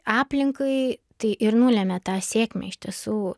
aplinkai tai ir nulemia tą sėkmę iš tiesų